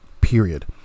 Period